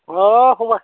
अ फंबाय